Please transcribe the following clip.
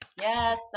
yes